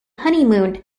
honeymooned